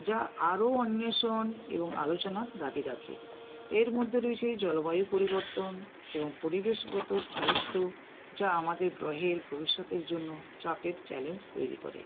যা আরো অন্বেষণ এবং আলোচনার দাবি রাখে এর মধ্যে রয়েছে জলবায়ু পরিবর্তন এবং পরিবেশগত স্থায়িত্ব যা আমাদের গ্রহের ভবিষ্যতের জন্য চাপের চ্যালেঞ্জ তৈরি করে